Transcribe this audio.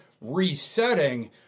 resetting